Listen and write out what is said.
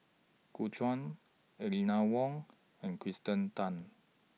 Gu Juan Aline Wong and Kirsten Tan